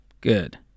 Good